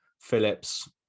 Phillips